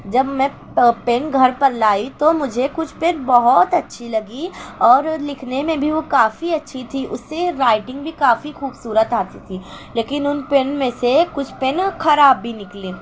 جب میں پین گھر پر لائی تو مجھے کچھ پین بہت اچھی لگی اور لکھنے میں بھی وہ کافی اچھی تھی اس سے رائٹنگ بھی کافی خوبصورت آتی تھی لیکن ان پین میں سے کچھ پین خراب بھی نکلے